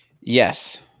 Yes